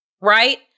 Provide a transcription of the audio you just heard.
right